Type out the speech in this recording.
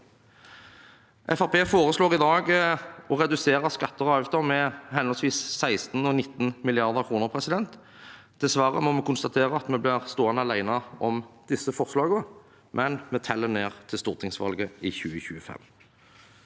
foreslår i dag å redusere skatter og avgifter med henholdsvis 16 mrd. kr og 19 mrd. kr. Dessverre må vi konstatere at vi blir stående alene om disse forslagene, men vi teller ned til stortingsvalget i 2025.